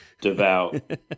devout